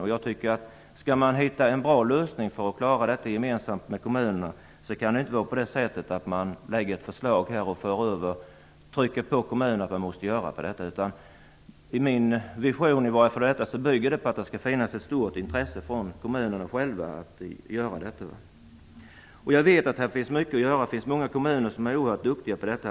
Om man skall hitta en bra lösning för att klara detta tillsammans med kommunerna kan man inte lägga ett förslag och sedan trycka på kommunerna så att de följer det. Min vision bygger på att det skall finnas ett stort intresse från kommunerna själva. Det finns många kommuner som är mycket duktiga på detta.